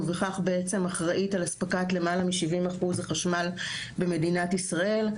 ובכך בעצם אחראית על אספקת למעלה מ-70% החשמל במדינת ישראל.